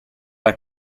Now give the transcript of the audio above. alla